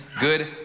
good